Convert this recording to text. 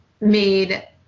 made